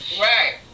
right